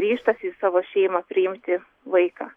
ryžtasi į savo šeimą priimti vaiką